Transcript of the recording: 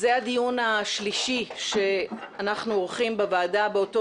זה הדיון השלישי שאנחנו עורכים בוועדה באותו